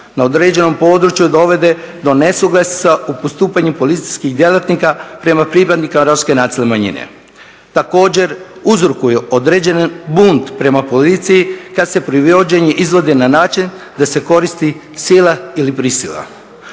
na određenom području dovede do nesuglasica u postupanju policijskih djelatnika prema pripadnicima Romske nacionalne manjine. Također, uzrokuju određeni bunt prema policiji kad se privođenje izvodi na način da se koristi sila ili prisila.